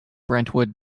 brentwood